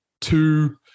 two